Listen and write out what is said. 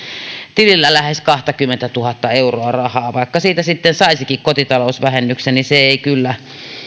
tilillä lähes kaksikymmentätuhatta euroa rahaa vaikka siitä sitten saisikin kotitalousvähennyksen se ei kyllä